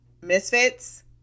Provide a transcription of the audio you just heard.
Misfits